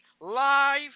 Live